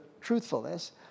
truthfulness